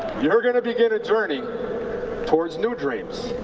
you are going begin a journey towards new dreams.